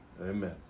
Amen